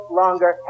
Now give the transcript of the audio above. longer